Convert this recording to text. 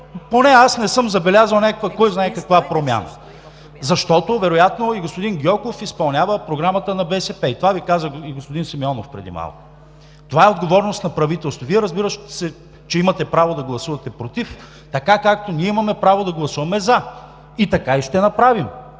поне аз не съм забелязал някаква кой знае каква промяна, защото вероятно и господин Гьоков изпълнява програмата на БСП. Това Ви каза и господин Симеонов преди малко. Това е отговорност на правителството. Разбира се, Вие имате право да гласувате „против“, както ние имаме право да гласуваме „за“, и така и ще направим.